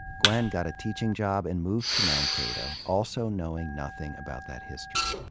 gwen got a teaching job and moved to mankato, also knowing nothing about that history.